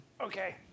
Okay